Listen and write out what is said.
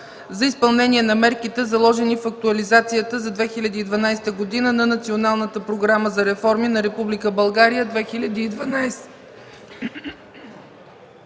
за изпълнение на мерките, заложени в актуализацията за 2012 г. на Националната програма за реформи на Република